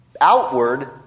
outward